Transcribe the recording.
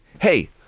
hey